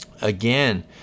again